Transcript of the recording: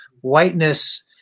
whiteness